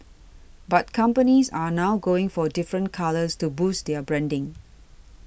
but companies are now going for different colours to boost their branding